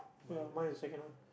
ya buy a second one